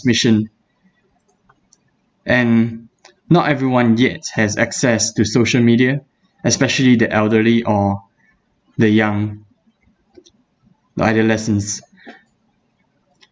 transmission and not everyone yet has access to social media especially the elderly or the young nor adolescence